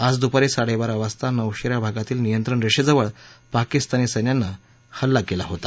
आज दुपारी साडेबारा वाजता नौशेरा भागातील नियंत्रण रेषेजवळ पाकिस्तानी सैन्यानं हल्ला केला होता